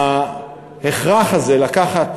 ההכרח הזה לקחת